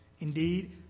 Indeed